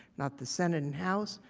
not the senate and house,